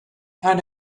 and